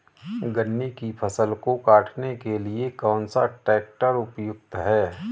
गन्ने की फसल को काटने के लिए कौन सा ट्रैक्टर उपयुक्त है?